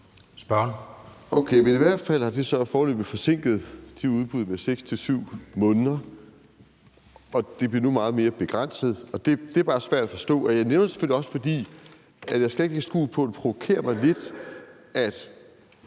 Lidegaard (RV): Okay, men i hvert fald har det så foreløbig forsinket de udbud med 6-7 måneder, og de bliver nu meget mere begrænsede. Det er bare svært at forstå. Jeg nævner det selvfølgelig også, fordi det provokerer mig lidt, at